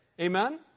Amen